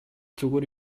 зүгээр